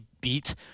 beat